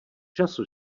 času